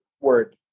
word